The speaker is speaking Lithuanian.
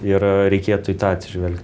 ir reikėtų į tą atsižvelgti